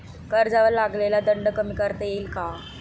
कर्जावर लागलेला दंड कमी करता येईल का?